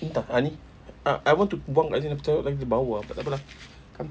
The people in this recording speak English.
entah ah ini I I want to buang dekat sini lepas itu nanti bau lah tak apa lah come